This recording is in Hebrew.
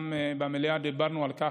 גם במליאה דיברנו על כך.